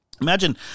imagine